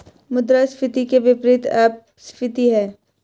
मुद्रास्फीति के विपरीत अपस्फीति है